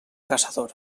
caçador